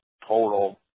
total